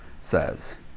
says